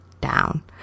down